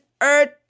earth